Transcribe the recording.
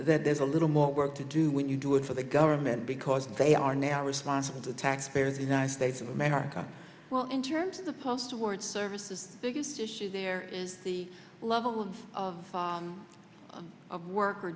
that there's a little more work to do when you do it for the government because they are now responsible to the taxpayers united states of america well in terms of the post awards services biggest issue there is the level of of of work